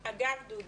אגב, דודי,